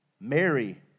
Mary